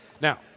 Now